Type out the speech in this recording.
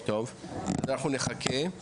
טוב, כנראה שאנחנו לא נגיע לעמק